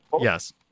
Yes